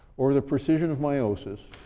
or the precision of meiosis,